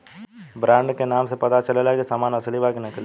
brand के नाम से पता चलेला की सामान असली बा कि नकली